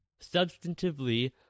substantively